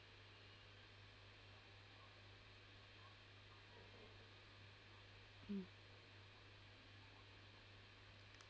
mm